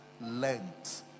length